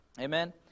Amen